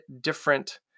different